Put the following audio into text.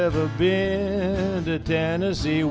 ever been to tennessee